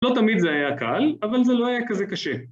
לא תמיד זה היה קל אבל זה לא היה כזה קשה